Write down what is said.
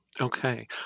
Okay